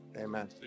Amen